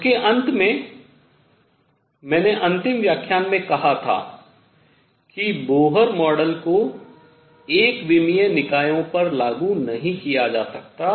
उसके अंत में मैंने अंतिम व्याख्यान में कहा था कि बोहर मॉडल को एक विमीय निकायों पर लागू नहीं किया जा सकता है